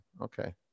Okay